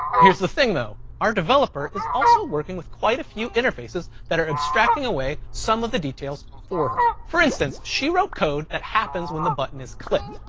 here's the thing though. our developer is also working with quite a few interfaces that are abstracting away some of the details for her. for instance, she wrote code that happens when the button is clicked.